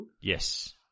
Yes